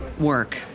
work